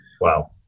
Wow